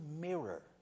mirror